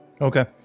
Okay